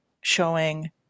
showing